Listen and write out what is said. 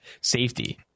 safety